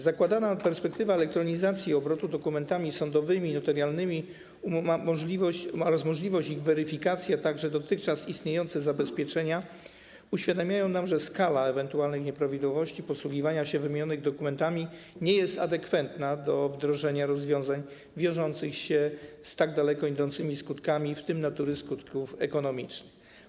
Zakładana perspektywa elektronizacji obrotu dokumentami sądowymi i notarialnymi oraz możliwość ich weryfikacji, a także dotychczas istniejące zabezpieczenia uświadamiają nam, że skala ewentualnych nieprawidłowości w posługiwaniu się wymienionymi dokumentami nie jest adekwatna do wdrożenia rozwiązań wiążących się z tak daleko idącymi skutkami, w tym skutkami natury ekonomicznej.